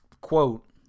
quote